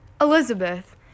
Elizabeth